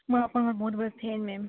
ମୁଁ ଆପଣଙ୍କର ବହୁତ ବଡ଼ ଫ୍ୟାନ୍ ମ୍ୟାମ୍